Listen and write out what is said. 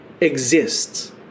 exists